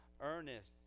Ernest